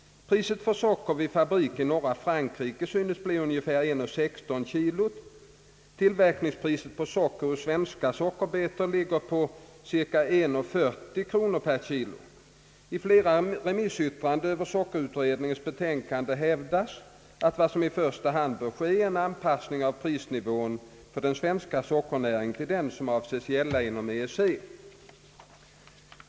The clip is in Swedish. Priset för socker vid fabrik i norra Frankrike synes bli ungefär 1 krona 16 öre per kilo. Tillverkningspriset på socker ur svenska sockerbetor ligger på ca 1 krona 40 öre per kilo. I flera remissyttranden över sockerutredningens betänkande hävdas att vad som i första hand bör ske är en anpassning av prisnivån för den svenska sockernäringen till den som avses gälla inom EEC.